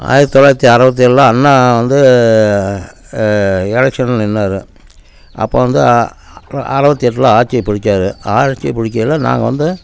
ஆயிரத்தி தொள்ளாயிரத்தி அறுவத்தி ஏழில் அண்ணா வந்து எலெக்ஷனில் நின்றாரு அப்போ வந்து அறுவத்தி எட்டில் ஆட்சியை பிடிச்சாரு ஆட்சியை பிடிக்கையில நாங்கள் வந்து